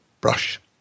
brush